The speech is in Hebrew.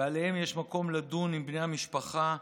ועליהם יש מקום לדון עם בני המשפחה,